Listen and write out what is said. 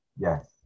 Yes